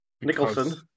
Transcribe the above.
Nicholson